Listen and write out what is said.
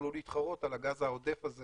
שיוכלו להתחרות על הגז העודף הזה